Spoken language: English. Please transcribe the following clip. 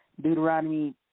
Deuteronomy